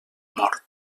mort